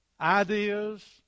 ideas